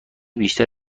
بیشتر